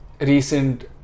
recent